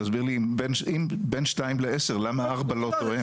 אם זה בין 2 ל-10, למה 4 לא תואם?